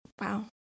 Wow